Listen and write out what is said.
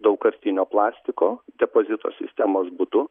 daugkartinio plastiko depozito sistemos būdu